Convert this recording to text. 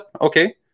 okay